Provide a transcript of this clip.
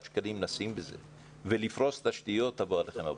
שקלים ולפרוס תשתיות - תבוא עליכם הברכה.